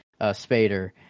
Spader